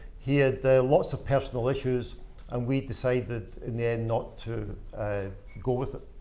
he had lots of personal issues and we decided in the end not to go with it.